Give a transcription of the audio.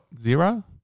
zero